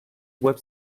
web